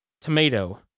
tomato